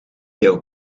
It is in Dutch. jouw